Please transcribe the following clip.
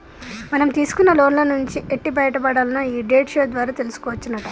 మనం తీసుకున్న లోన్ల నుంచి ఎట్టి బయటపడాల్నో ఈ డెట్ షో ద్వారా తెలుసుకోవచ్చునట